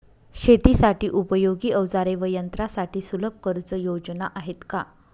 शेतीसाठी उपयोगी औजारे व यंत्रासाठी सुलभ कर्जयोजना आहेत का?